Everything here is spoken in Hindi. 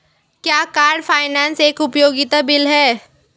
क्या कार फाइनेंस एक उपयोगिता बिल है?